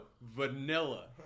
vanilla